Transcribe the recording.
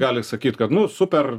gali sakyt kad nu super